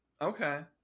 okay